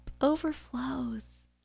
overflows